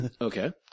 Okay